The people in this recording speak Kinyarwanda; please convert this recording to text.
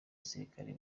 gisirikari